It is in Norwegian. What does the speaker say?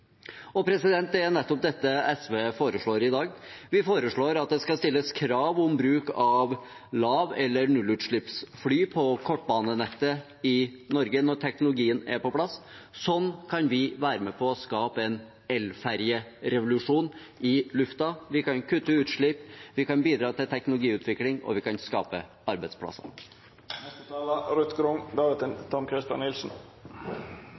Det er nettopp dette SV foreslår i dag. Vi foreslår at det skal stilles krav om bruk av lav- eller nullutslippsfly på kortbanenettet i Norge når teknologien er på plass. Sånn kan vi være med på å skape en elferjerevolusjon i luften. Vi kan kutte utslipp, vi kan bidra til teknologiutvikling, og vi kan skape